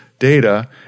data